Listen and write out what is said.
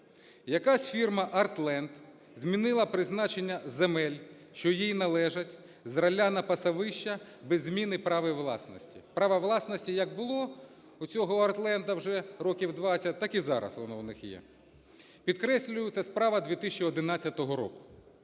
Якась фірма "АРТ ЛЕНД" змінила призначення земель, що їй належать, з рілля на пасовища без зміни права власності. Право власності, як було у цього "АРТ ЛЕНДу" вже років 20, так і зараз воно у них є. Підкреслюю, це справа 2011 року.